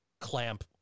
clamp